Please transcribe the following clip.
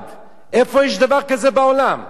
איפה